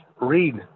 read